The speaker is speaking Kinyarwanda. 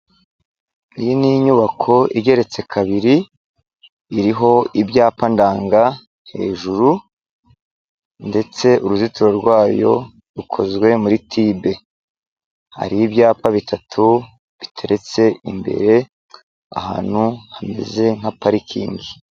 Iyi ni inyubako igeretse kabiri, iriho ibyapa ndanga hejuru ndetse uruzitiro rwayo rukozwe muri tibe. Hari ibyapa bitatu biteretse imbere, ahantu hameze nka parikingi.